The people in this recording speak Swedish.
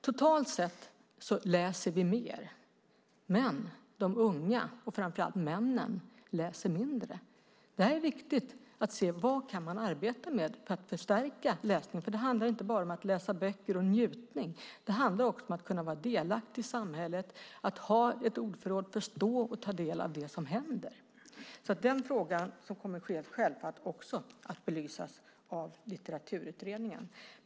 Totalt sett läser vi mer, men de unga, framför allt männen, läser mindre. Det är viktigt att se vad man kan arbeta med för att förstärka läsningen. Det handlar inte bara om att läsa böcker och om njutning. Det handlar även om att kunna vara delaktig i samhället, att ha ett ordförråd, att förstå och kunna ta del av det som händer. Den frågan kommer självklart också att belysas av Litteraturutredningen.